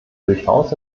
durchaus